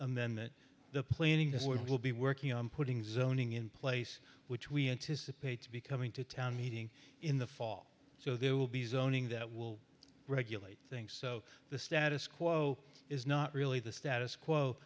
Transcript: amendment the planning this week will be working on putting zoning in place which we anticipate to be coming to town meeting in the fall so there will be zoning that will regulate things so the status quo is not really the status quo